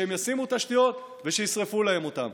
שהם ישימו תשתיות ושישרפו להן אותן.